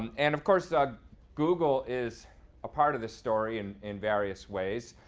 and and of course, um google is a part of this story and in various ways.